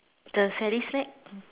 the Sally sack